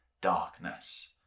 darkness